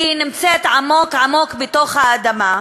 כי היא נמצאת עמוק-עמוק בתוך האדמה,